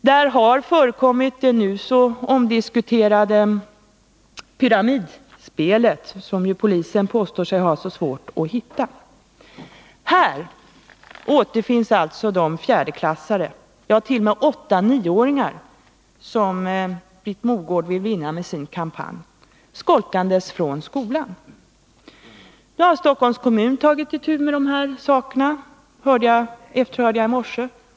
Här har också förekommit det nu så omdiskuterade pyramidspelet, som ju polisen påstår sig ha så svårt att hitta. I den här miljön återfinns alltså de fjärdeklassare— ja, t.o.m. 8-9-åringar —som Britt Mogård vill vinna med sin kampanj. Här finns de, skolkande från skolan. Stockholms kommun har nu tagit itu med de här sakerna, fick jag veta i morse.